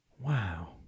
Wow